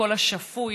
הקול השפוי,